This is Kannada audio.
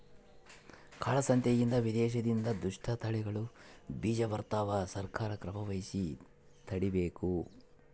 ಕಾಳ ಸಂತೆಯಿಂದ ವಿದೇಶದಿಂದ ದುಷ್ಟ ತಳಿಗಳ ಬೀಜ ಬರ್ತವ ಸರ್ಕಾರ ಕ್ರಮವಹಿಸಿ ತಡೀಬೇಕು